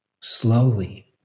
Slowly